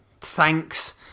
Thanks